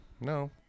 No